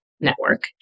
Network